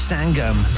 Sangam